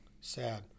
Sad